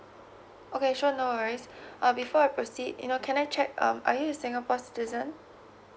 okay sure no worries uh before I proceed you know uh can I check um are you a singapore citizen